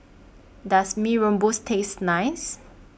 Does Mee Rebus Taste nice